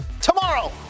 Tomorrow